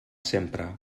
sempre